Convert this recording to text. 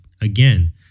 Again